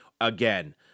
again